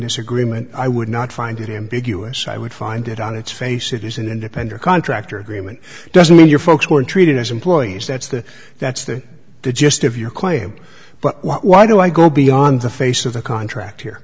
disagreement i would not find it in big us i would find it on its face it is an independent contractor agreement doesn't mean your folks were treated as employees that's the that's the the gist of your claim but why do i go beyond the face of the contract here